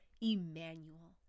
Emmanuel